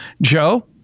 Joe